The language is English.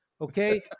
Okay